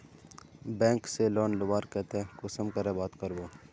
Bank से loan लुबार केते कुंसम करे बात करबो?